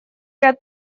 ряд